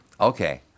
Okay